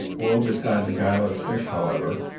woe betide the guileless fish, however,